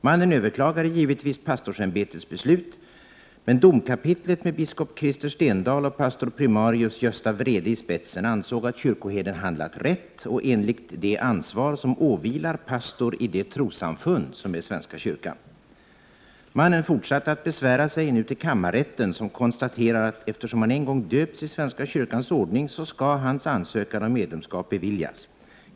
Mannen överklagade givetvis pastorsämbetets beslut, men domkapitlet med biskop Krister Stendahl och pastor primarius Gösta Wrede i spetsen ansåg att kyrkoherden handlat rätt och enligt det ansvar som åvilar pastor i det trossamfund som är svenska kyrkan. Mannen fortsatte att besvära sig, nu till kammarrätten, som konstaterade att eftersom han en gång döpts i svenska kyrkans ordning skall hans ansökan om medlemskap beviljas.